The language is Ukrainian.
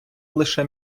лише